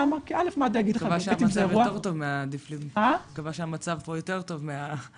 אני מקווה שהמצב פה יותר טוב מהדפיברילטורים.